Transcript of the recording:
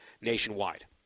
nationwide